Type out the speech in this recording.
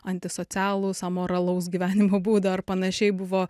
antisocialūs amoralaus gyvenimo būdo ar panašiai buvo